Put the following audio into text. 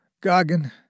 Goggin